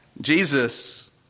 Jesus